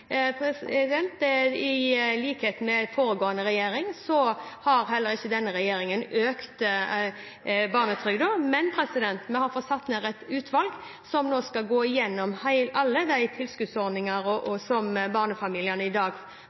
dette. I likhet med foregående regjering har heller ikke denne regjeringen økt barnetrygden, men vi har satt ned et utvalg som nå skal gå igjennom alle tilskuddsordninger som barnefamilier i dag